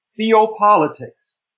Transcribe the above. theopolitics